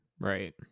right